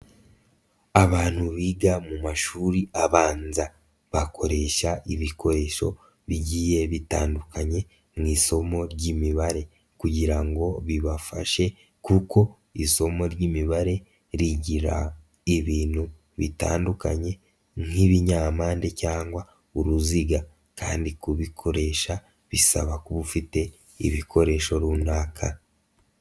Abantu biga mu mashuri abanza bakoresha ibikoresho bigiye bitandukanye mu isomo ry'Imibare kugira ngo bibafashe kuko isomo ry'Imibare rigira ibintu bitandukanye nk'ibinyampande cyangwa uruziga kandi kubikoresha bisaba kuba ufite ibikoresho runaka.